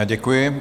Děkuji.